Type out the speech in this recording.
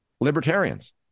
libertarians